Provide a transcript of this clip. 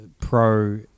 pro